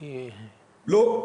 לא.